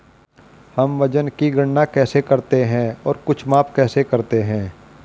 हम वजन की गणना कैसे करते हैं और कुछ माप कैसे करते हैं?